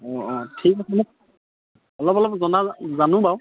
অঁ অঁ ঠিক আছে মই অলপ অলপ জনা জানো বাৰু